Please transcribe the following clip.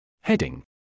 Heading